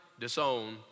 disown